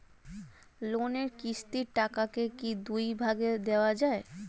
লোনের কিস্তির টাকাকে কি দুই ভাগে দেওয়া যায়?